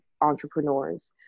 entrepreneurs